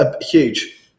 Huge